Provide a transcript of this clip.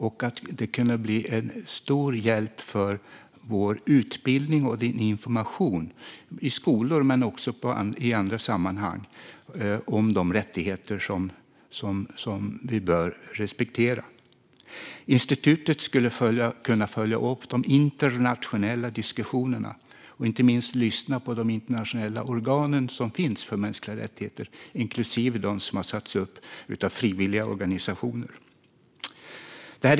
Det kan bli en stor hjälp för utbildning och information, i skolor men också i andra sammanhang, om de rättigheter vi bör respektera. Institutet skulle kunna följa upp de internationella diskussionerna och inte minst lyssna på de internationella organ som finns för mänskliga rättigheter, inklusive dem som har satts upp av frivilliga organisationer.